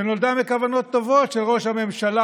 שנולדה מכוונות טובות של ראש הממשלה